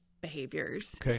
behaviors